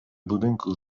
budynku